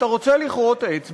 אתה רוצה לכרות עץ?